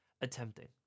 attempting